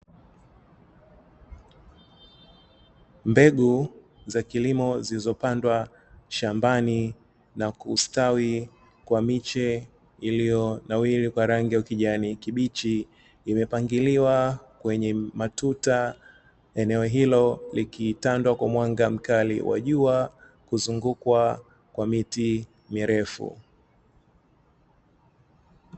Mbegu za kilimo zilizopandwa shambani na kustawi kwa miche iliyonawiri kwa rangi ya ukijani kibichi, Imepangiliwa kwenye matuta eneo hilo likitandwa kwa mwanga mkali wa jua kuzungukwa kwa miti mirefu.